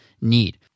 need